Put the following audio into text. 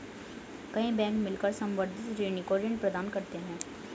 कई बैंक मिलकर संवर्धित ऋणी को ऋण प्रदान करते हैं